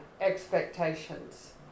expectations